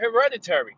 hereditary